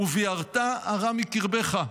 "וּבִעַרְתָּ הרע מקרבֶּךָ",